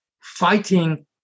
fighting